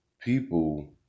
People